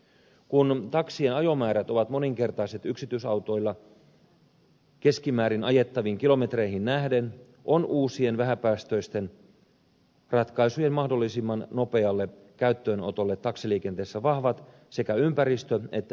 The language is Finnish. kun taksien ajomäärät ovat moninkertaiset yksityisautoilla keskimäärin ajettaviin kilometrimääriin nähden on uusien vähäpäästöisten ratkaisujen mahdollisimman nopealle käyttöönotolle taksiliikenteessä vahvat sekä ympäristö että energiapoliittiset perusteet